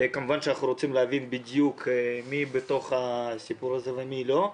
כמובן שאנחנו רוצים להבין בדיוק מי בתוך הסיפור הזה ומי לא.